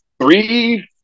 three